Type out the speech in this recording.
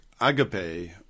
Agape